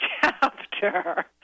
chapter